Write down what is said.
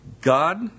God